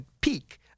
peak